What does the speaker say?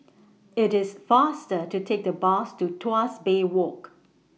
IT IS faster to Take The Bus to Tuas Bay Walk